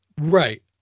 Right